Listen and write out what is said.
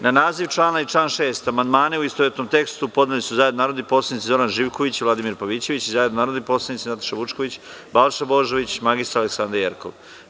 Na naziv člana i član 6. amandmane, u istovetnom tekstu, podneli su zajedno narodni poslanici Zoran Živković i Vladimir Pavićević i zajedno narodni poslanici Nataša Vučković, Balša Božović i mr Aleksandra Jerkov.